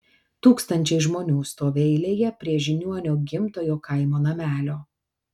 tūkstančiai žmonių stovi eilėje prie žiniuonio gimtojo kaimo namelio